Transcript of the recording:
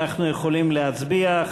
אנחנו יכולים להצביע.